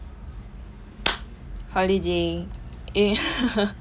holiday ya